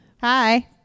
Hi